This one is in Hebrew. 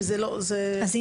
ועכשיו,